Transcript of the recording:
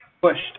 pushed